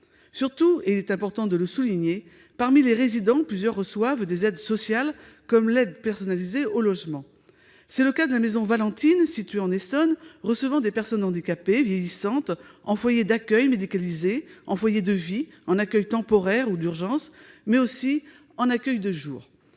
Surtout, et il est important de le souligner, parmi les résidents, plusieurs perçoivent des aides sociales comme l'aide personnalisée au logement. C'est le cas de la maison Valentine, située en Essonne, recevant des personnes handicapées vieillissantes en foyer d'accueil médicalisé, en foyer de vie, en accueil temporaire ou d'urgence, mais aussi en accueil de jour.